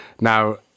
Now